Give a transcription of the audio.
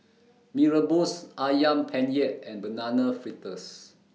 Mee Rebus Ayam Penyet and Banana Fritters